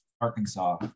Arkansas